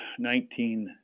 19